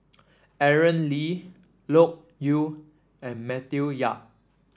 Aaron Lee Loke Yew and Matthew Yap